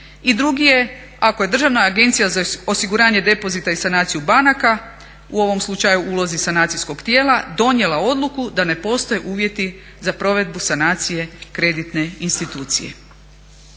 i drugi je ako je Državna agencija za osiguranje depozita i sanaciju banaka u ovom slučaju u ulozi sanacijskog tijela donijela odluku da ne postoje uvjeti za provedbu sanacije kreditne institucije.